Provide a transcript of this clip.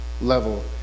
level